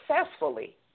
successfully